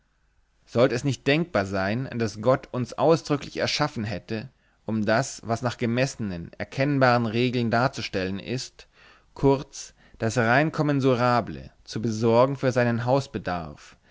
sollt es nicht denkbar sein daß gott uns ausdrücklich erschaffen hätte um das was nach gemessenen erkennbaren regeln darzustellen ist kurz das rein kommensurable zu besorgen für seinen